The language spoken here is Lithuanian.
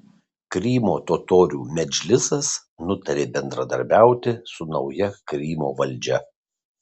krymo totorių medžlisas nutarė bendradarbiauti su nauja krymo valdžia